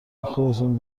خودتون